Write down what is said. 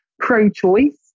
pro-choice